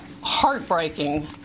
heartbreaking